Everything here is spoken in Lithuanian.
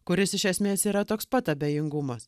kuris iš esmės yra toks pat abejingumas